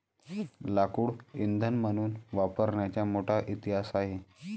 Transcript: लाकूड इंधन म्हणून वापरण्याचा मोठा इतिहास आहे